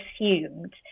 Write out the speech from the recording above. assumed